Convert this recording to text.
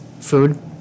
food